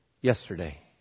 yesterday